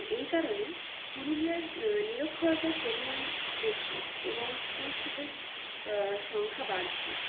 এই কারণে পুরুলিয়ার নিরক্ষরতার পরিমাণ বেশি এবং স্কুলছুটের সংখ্যা বাড়ছে